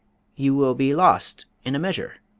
you will be lost, in a measure?